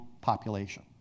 population